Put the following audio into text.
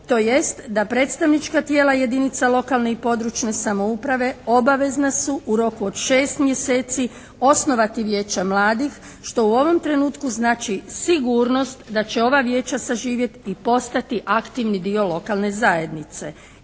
tj. da predstavnička tijela jedinica lokalne i područne samouprave obavezna su u roku od 6 mjeseci osnovati Vijeća mladih što u ovom trenutku znači sigurnost da će ova Vijeća saživjeti i postati aktivni dio lokalne zajednice.